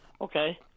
Okay